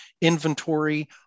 inventory